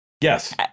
Yes